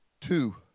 Two